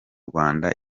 rwanda